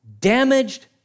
Damaged